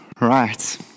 right